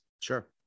Sure